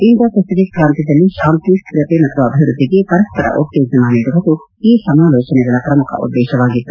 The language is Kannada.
ಇಂಡೋ ಪೆಸಿಫಿಕ್ ಪ್ರಾಂತ್ಯದಲ್ಲಿ ಶಾಂತಿ ಸ್ಥಿರತೆ ಮತ್ತು ಅಭಿವೃದ್ದಿಗೆ ಪರಸ್ವರ ಉತ್ತೇಜನ ನೀಡುವುದು ಈ ಸಮಾಲೋಚನೆಗಳ ಪ್ರಮುಖ ಉದ್ದೇಶವಾಗಿತ್ತು